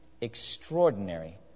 extraordinary